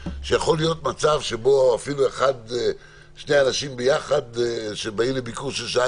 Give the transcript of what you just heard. שיכול להיות מצב שבו אפילו שני אנשים שבאים ביחד לביקור של שעה,